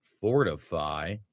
fortify